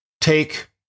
take